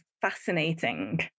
fascinating